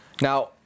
Now